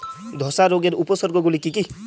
ধসা রোগের উপসর্গগুলি কি কি?